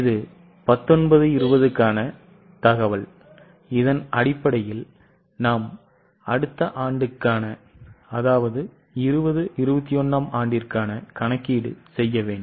இது 19 20க்கான தகவல் இதன் அடிப்படையில் நாம் அடுத்த ஆண்டுக்கான அதாவது 20 21 ஆம் ஆண்டிற்கான கணக்கீடு செய்ய வேண்டும்